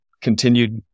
continued